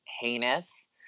heinous